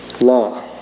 law